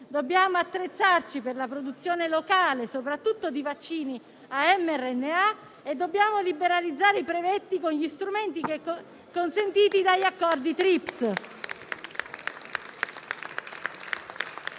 Dobbiamo attrezzarci per la produzione locale, soprattutto di vaccini a mRNA e dobbiamo liberalizzare i brevetti con gli strumenti consentiti dai accordi Trips.